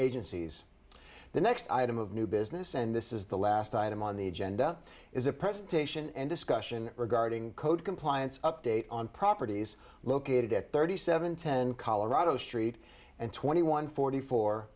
agencies the next item of new business and this is the last item on the agenda is a presentation and discussion regarding code compliance update on properties located at thirty seven ten colorado street and twenty one forty four